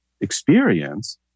experience